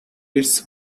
its